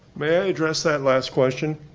may i address that last question?